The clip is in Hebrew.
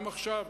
גם עכשיו,